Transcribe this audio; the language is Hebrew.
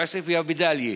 בעוספיא ובדאליה,